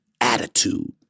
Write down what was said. attitude